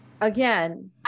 Again